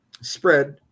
spread